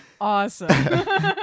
Awesome